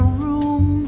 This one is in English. room